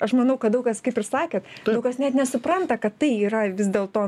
aš manau kad daug kas kaip ir sakė daug kas net nesupranta kad tai yra vis dėl to